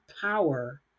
power